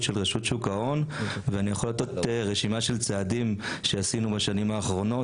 של רשות שוק ההון ואני יכול לתת רשימה של צעדים שעשינו בשנים האחרונות,